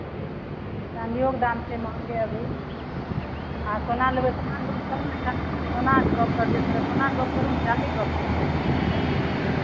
चाँदिओके दाम छै महँगे अभी अहाँ सोना लेबै सोनाके गप्प करू ने सोनाके गप्प करलियै पहिले सोनाके गप्प करू ने चाँदीके गप्प किएक करै छी